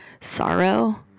sorrow